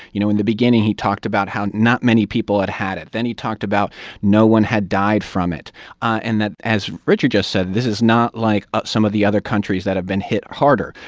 you know, in the beginning, he talked about how not many people had had it. then he talked about no one had died from it and that, as richard just said, this is not like ah some of the other countries that have been hit harder.